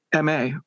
MA